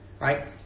right